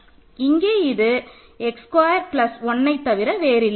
இங்கே இது x square plus 1 தவிர வேறில்லை